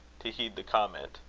to heed the comment.